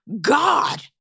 God